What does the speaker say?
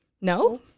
no